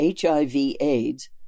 HIV-AIDS